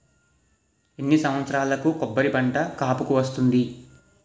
ఎన్ని సంవత్సరాలకు కొబ్బరి పంట కాపుకి వస్తుంది?